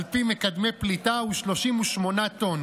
על פי מקדמי פליטה, הוא 38 טונות.